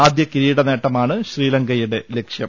ആദ്യ കിരീടമാണ് ശ്രീലങ്കയുടെ ലക്ഷ്യം